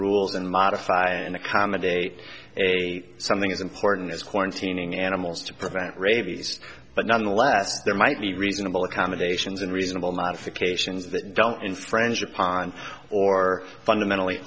rules and modify and accommodate a something as important as quarantining animals to prevent rabies but nonetheless there might be reasonable accommodations and reasonable modifications that don't infringe upon or fundamentally